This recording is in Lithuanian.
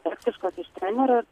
toksiškas iš trenerės